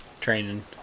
training